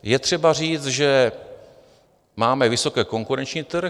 Je třeba říct, že máme vysoce konkurenční trh.